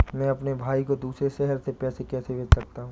मैं अपने भाई को दूसरे शहर से पैसे कैसे भेज सकता हूँ?